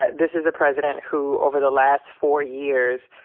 but this is a president who, over the last four years,